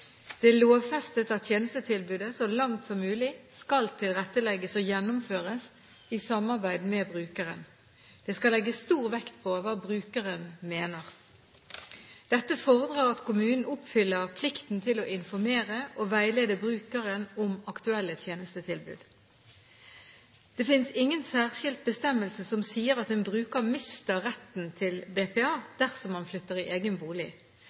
Det er lovfestet at tjenestetilbudet så langt som mulig skal tilrettelegges og gjennomføres i samarbeid med brukeren. Det skal legges stor vekt på hva brukeren mener. Dette fordrer at kommunen oppfyller plikten til å informere og veilede brukeren om aktuelle tjenestetilbud. Det finnes ingen særskilt bestemmelse som sier at en bruker mister retten til BPA dersom han flytter i egen bolig.